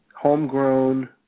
homegrown